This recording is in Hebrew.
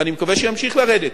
ואני מקווה שימשיך לרדת.